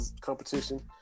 competition